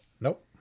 Nope